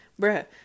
Bruh